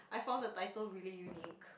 I found the title really unique